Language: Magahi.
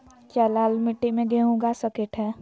क्या लाल मिट्टी में गेंहु उगा स्केट है?